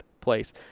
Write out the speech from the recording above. place